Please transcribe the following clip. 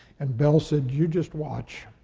and bell said, you just watch.